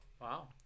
wow